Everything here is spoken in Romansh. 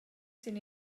sin